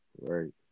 right